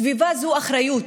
סביבה זה אחריות,